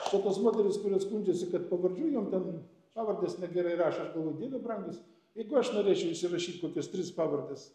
o tos moterys kurios skundžiasi kad pavardžių jom ten pavardes negerai rašo aš galvoju dieve brangus jeigu aš norėčiau įsirašyt kokias tris pavardes